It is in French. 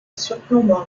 surplombant